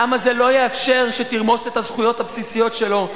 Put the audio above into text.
העם הזה לא יאפשר לך לרמוס את הזכויות הבסיסיות שלו.